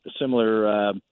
similar, –